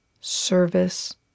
service